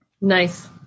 nice